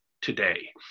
today